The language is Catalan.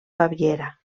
baviera